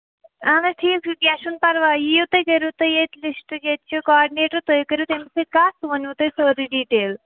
اہن حظ ٹھیٖک چھُ کیٚنٛہہ چھُنہٕ پرواے یِیِو تُہۍ کٔرِو تُہۍ ییٚتہِ لِسٹ ییٚتہِ چھِ کاڈِنیٹَر تُہۍ کٔرِو تٔمِس سۭتۍ کَتھ سُہ وَنیو تۄہہِ سٲرٕے ڈِٹیل